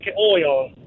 oil